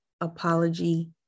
apology